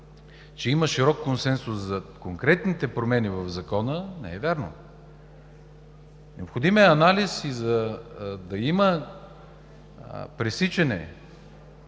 че има широк консенсус за конкретните промени в Закона, не е вярно. Необходим е анализ и за да има пресичане,